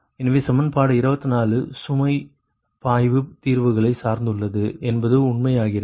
எனவே சமன்பாடு 24 சுமை பாய்வு தீர்வுகளை சார்ந்துள்ளது என்பது உண்மையாகிறது